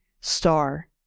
star